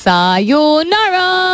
Sayonara